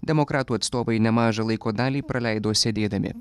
demokratų atstovai nemažą laiko dalį praleido sėdėdami